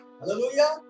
Hallelujah